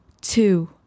two